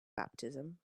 baptism